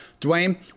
Dwayne